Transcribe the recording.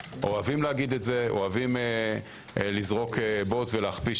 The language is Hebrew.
אוהבים לומר את זה ולזרוק בוץ ולהכפיש